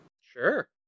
Sure